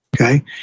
Okay